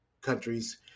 countries